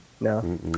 No